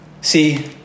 See